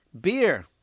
Beer